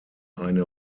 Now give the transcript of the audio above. eine